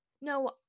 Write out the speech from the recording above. no